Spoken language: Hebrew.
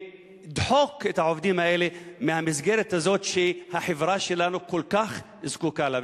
לדחוק את העובדים האלה מהמסגרת הזאת שהחברה שלנו כל כך זקוקה לה?